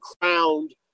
crowned